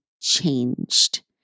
changed